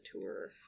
tour